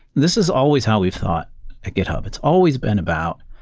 this is always how we've thought at github. it's always been about